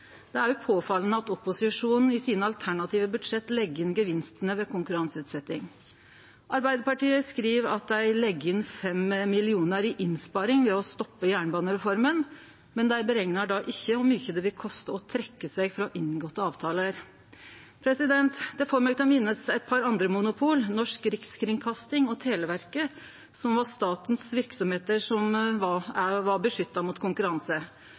Det er påfallande at opposisjonen i sine alternative budsjett legg inn gevinstane ved konkurranseutsetjing. Arbeidarpartiet skriv at dei legg inn 5 mill. kr i innsparing ved å stoppe jernbanereforma. Dei bereknar då ikkje kor mykje det vil koste å trekkje seg frå inngåtte avtalar. Det får meg til å minnast eit par andre monopol, Norsk Rikskringkasting og Televerket – statlege verksemder som var beskytta mot konkurranse.